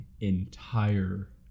entire